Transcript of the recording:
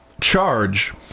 charge